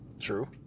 True